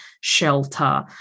shelter